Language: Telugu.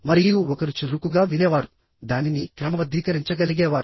మరియు ఒకరు చురుకుగా వినేవారుదానిని క్రమబద్ధీకరించగలిగేవారు